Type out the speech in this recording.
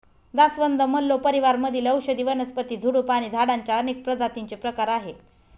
जास्वंद, मल्लो परिवार मधील औषधी वनस्पती, झुडूप आणि झाडांच्या अनेक प्रजातींचे प्रकार आहे